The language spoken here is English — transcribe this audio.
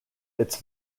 its